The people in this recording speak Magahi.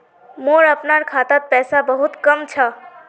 मोर अपनार खातात पैसा बहुत कम छ